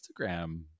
Instagram